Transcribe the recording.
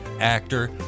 actor